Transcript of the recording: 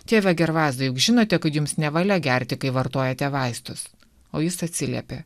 tėve gervazai juk žinote kad jums nevalia gerti kai vartojate vaistus o jis atsiliepė